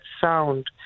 sound